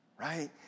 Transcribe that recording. right